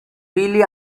really